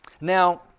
Now